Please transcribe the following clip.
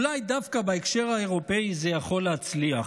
אולי דווקא בהקשר האירופי זה יכול להצליח: